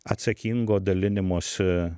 atsakingo dalinimosi